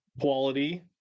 quality